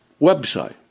website